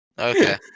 Okay